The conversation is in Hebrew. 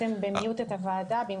את כל